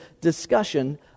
discussion